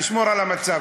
תשמור על המצב,